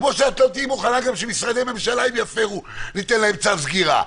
כפי שאת לא תהיי מוכנה גם שמשרדי הממשלה שיפרו ניתן להם צו סגירה.